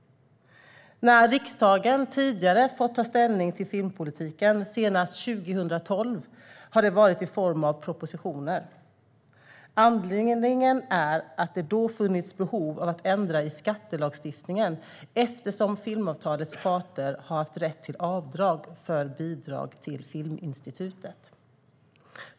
När riksdagen tidigare har fått ta ställning till filmpolitiken, senast 2012, har det varit i form av propositioner. Anledningen är att det då funnits behov av att ändra i skattelagstiftningen eftersom filmavtalets parter har haft rätt till avdrag för bidrag till Filminstitutet.